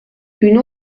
une